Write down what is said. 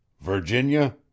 Virginia